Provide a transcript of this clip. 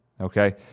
okay